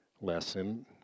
lesson